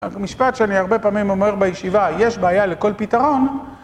משפט שאני הרבה פעמים אומר בישיבה, יש בעיה לכל פתרון